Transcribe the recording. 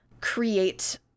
create